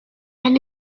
and